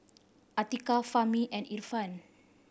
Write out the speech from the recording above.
Atiqah Fahmi and Irfan